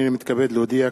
הנני מתכבד להודיע,